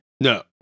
No